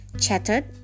Chattered